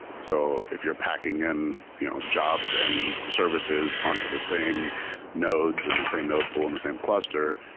so if you're packing in you know jobs and services on to the same nodes in the same node pool and the same cluster,